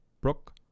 Brook